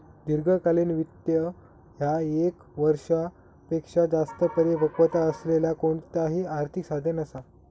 दीर्घकालीन वित्त ह्या ये क वर्षापेक्षो जास्त परिपक्वता असलेला कोणताही आर्थिक साधन असा